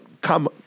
come